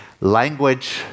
language